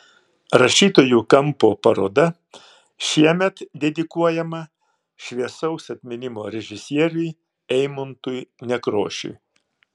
rašytojų kampo paroda šiemet dedikuojama šviesaus atminimo režisieriui eimuntui nekrošiui